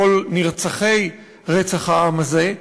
וכל נרצחי רצח העם הזה.